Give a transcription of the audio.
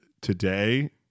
today